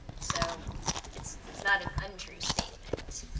so it's, it's not an untrue statement.